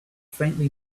faintly